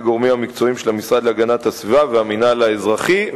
גורמים מקצועיים של המשרד להגנת הסביבה והמינהל האזרחי,